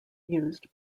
used